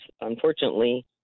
unfortunately